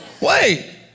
Wait